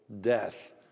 death